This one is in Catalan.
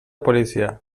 policia